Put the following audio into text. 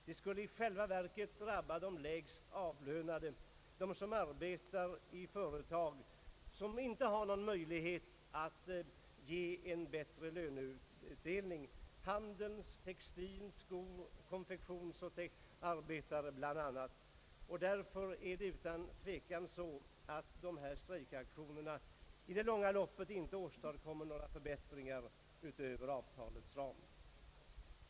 De skulle i själva verket drabba de lägst avlönade, de som arbetar i företag som inte har någon möjlighet att ge en bättre löneutdelning, bl.a. handel, textil, skor och konfektion. Därför åstadkommer dessa strejkaktioner utan tvivel i det långa loppet inte några förbättringar utöver avtalens ram.